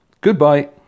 Goodbye